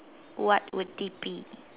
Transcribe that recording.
what would it be